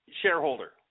shareholder